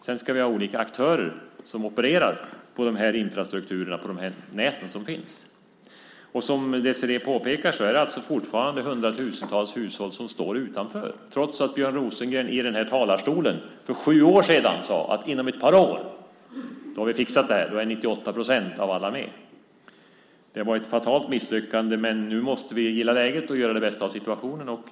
Sedan ska vi ha olika aktörer som opererar på de infrastrukturnät som finns. Som Désirée påpekar är det fortfarande hundratusentals hushåll som står utanför trots att Björn Rosengren i den här talarstolen för sju år sedan sade: Inom ett par år har vi fixat det här. Då är 98 procent av alla med! Det var ett fatalt misslyckande. Men nu måste vi gilla läget och göra det bästa av situationen.